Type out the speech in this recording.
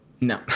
No